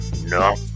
No